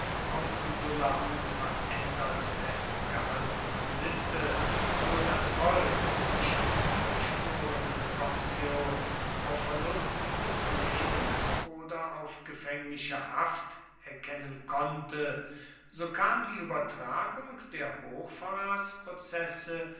auch von sulla unverändert festgehaltener sitte nur das volk nicht die geschworenenkommission auf verlust des lebens oder auf gefängliche haft erkennen konnte so kam die übertragung der